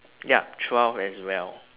yup twelve as well